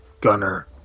gunner